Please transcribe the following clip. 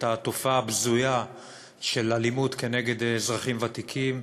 התופעה הבזויה של אלימות כנגד אזרחים ותיקים,